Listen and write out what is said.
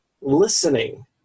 listening